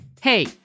Hey